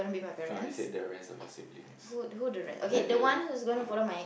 no lah I said the rest of your siblings like the